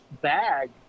bag